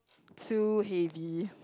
too heavy